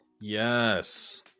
Yes